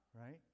right